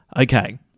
Okay